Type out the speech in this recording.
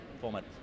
format